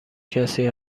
کسی